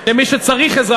למי שצריך עזרה,